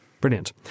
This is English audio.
Brilliant